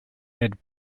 had